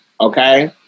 Okay